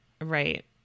right